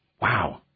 Wow